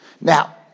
Now